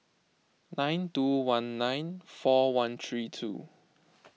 nine two one nine four one three two